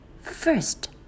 First